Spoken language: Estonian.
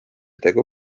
tegu